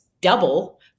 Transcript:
double